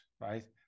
right